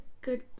good